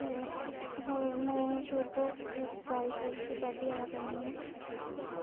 ते होर में शुरू दा गै इस कॉलेज़ बिच पढ़दी आवा करनी आं